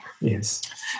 Yes